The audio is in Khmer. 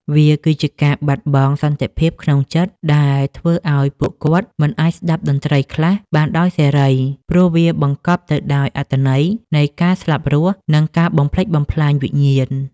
វាគឺជាការបាត់បង់សន្តិភាពក្នុងចិត្ត ដែលធ្វើឱ្យពួកគាត់មិនអាចស្តាប់តន្ត្រីខ្លះបានដោយសេរី ព្រោះវាបង្កប់ទៅដោយអត្ថន័យនៃការស្លាប់រស់ និងការបំផ្លិចបំផ្លាញវិញ្ញាណ។